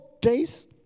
days